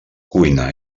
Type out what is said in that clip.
cuina